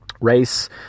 race